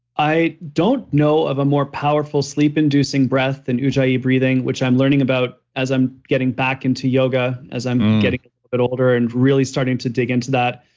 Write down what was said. i don't know of a more powerful sleep inducing breath than ujjayi breathing, which i'm learning about as i'm getting back into yoga, as i'm getting but older and really starting to dig into that,